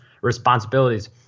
responsibilities